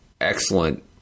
excellent